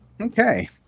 Okay